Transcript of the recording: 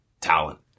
talent